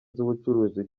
z’ubucuruzi